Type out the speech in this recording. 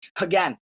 Again